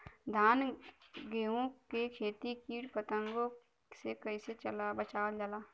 धान गेहूँक खेती के कीट पतंगों से कइसे बचावल जाए?